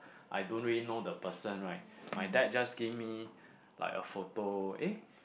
I don't really know the person right my dad just give me like a photo eh